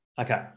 Okay